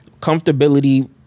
Comfortability